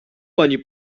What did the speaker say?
pani